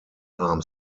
arm